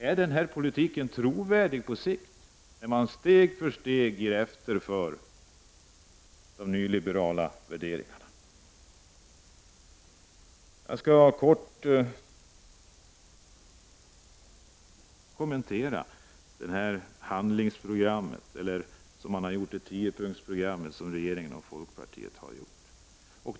Är denna politik trovärdig på sikt, när man steg för steg ger efter för de nyliberala värderingarna? Jag skall kort kommentera 10-punktsprogrammet, som regeringen och folkpartiet gjort upp om.